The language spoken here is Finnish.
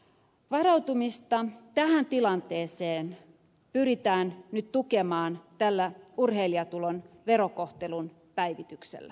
varautumista tähän tilanteeseen pyritään nyt tukemaan tällä urheilijatulon verokohtelun päivityksellä